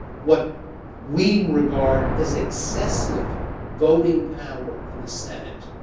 what we regard as excessive voting power in the senate.